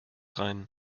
rein